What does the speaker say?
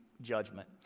Judgment